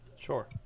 Sure